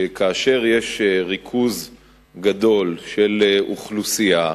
שכאשר יש ריכוז גדול של אוכלוסייה,